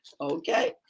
Okay